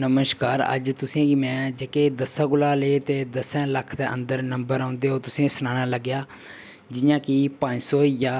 नमस्कार अज तुसें गी में जेह्के दस्सें कोला लेइयै ते दस्सें लक्खें दे अंदर नंबर औंदे ओह् तुसें ई सनाना लगा आं जि'यां कि पंज सौ होई गेआ